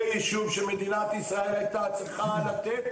זה יישוב שמדינת ישראל הייתה צריכה לתת